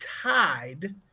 tied